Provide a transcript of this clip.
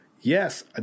Yes